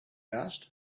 asked